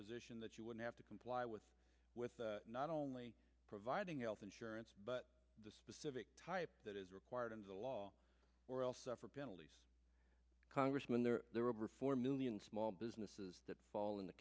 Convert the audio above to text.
position that you would have to comply with with not only providing health insurance but the specific type that is required in the law or else suffer penalties congressman there are over four million small businesses that fall in